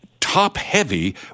Top-heavy